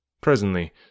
Presently